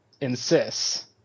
insists